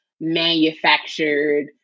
manufactured